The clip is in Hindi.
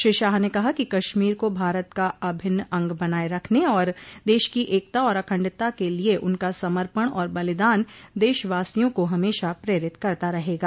श्री शाह ने कहा कि कश्मीर को भारत का अभिन्न अंग बनाये रखने और देश की एकता और अखंडता के लिए उनका समर्पण और बलिदान देशवासियों को हमेशा प्रेरित करता रहेगा